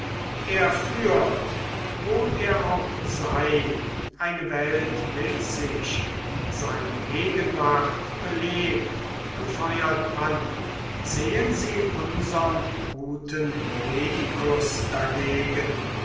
er führt wo er auch sei eine welt mit sich seine gegenwart belebt und feuert an sehen sie unsern guten medikus dagegen